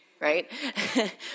right